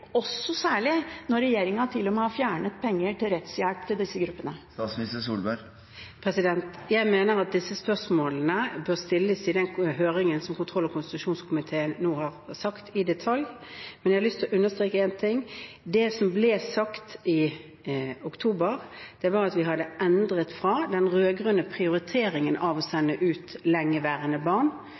også særlig når regjeringen til og med har fjernet penger til rettshjelp for disse gruppene? Jeg mener at disse spørsmålene i detalj bør stilles i den høringen som kontroll- og konstitusjonskomiteen nå skal ha. Men jeg har lyst til å understreke én ting: Det som ble sagt i oktober, var at vi hadde endret fra den rød-grønne prioriteringen av å sende ut lengeværende barn,